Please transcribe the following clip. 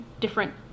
different